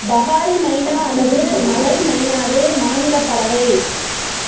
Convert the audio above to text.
Pahari myna அல்லது மலை மைனாவே மாநிலப் பறவை